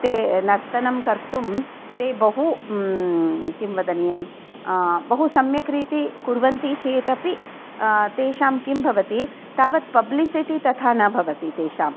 ते नर्तनं कर्तुं ते बहु किं वदनीयं बहु सम्यक् रीतिः कुर्वन्ति चेदपि तेषां किं भवति तावत् पब्लिसिटि तथा न भवति तेषाम्